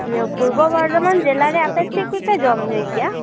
ᱤᱭᱟᱹ ᱯᱩᱨᱵᱚ ᱵᱚᱨᱫᱷᱢᱟᱱ ᱡᱮᱞᱟᱨᱮ ᱟᱯᱮ ᱪᱮᱫ ᱠᱚᱯᱮ ᱡᱚᱢ ᱧᱩᱭ ᱜᱮᱭᱟ